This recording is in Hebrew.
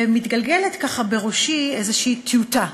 ומתגלגלת בראשי איזושהי טיוטה,